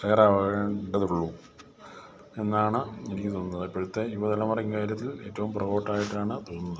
തയ്യാറാകേണ്ടത് ഉള്ളൂ എന്നാണ് എനിക്ക് തോന്നുന്നത് ഇപ്പോഴത്തെ യുവതലമുറ ഈ കാര്യത്തിൽ ഏറ്റവും പുറകോട്ടായിട്ടാണ് തോന്നുന്നത്